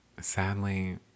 Sadly